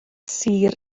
sir